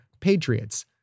patriots